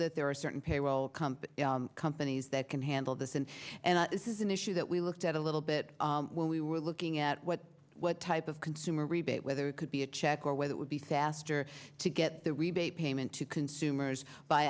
that there are certain payroll company companies that can handle this and and this is an issue that we looked at a little bit when we were looking at what what type of consumer rebate whether it could be a check or whether it would be sastre to get the rebate payment to consumers by